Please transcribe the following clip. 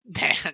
Man